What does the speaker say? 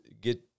get